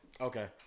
Okay